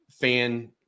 fan